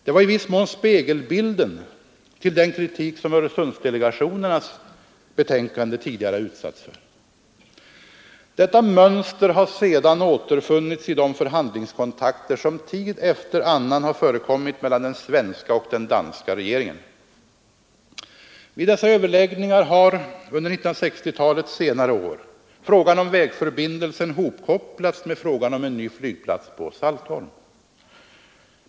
Det var i viss mån spegelbilden till den kritik som Öresundsdelegationernas betänkande tidigare utsatts för. Detta mönster har sedan återfunnits i de förhandlingskontakter som tid efter annan har förekommit mellan den svenska och den danska regeringen. Vid dessa överläggningar har under 1960-talets senare år frågan om vägförbindelsen hopkopplats med frågan om en ny flygplats på Saltholm.